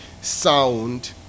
sound